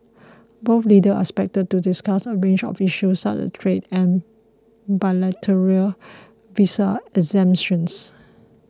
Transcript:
both leaders are expected to discuss a range of issues such as trade and bilateral visa exemptions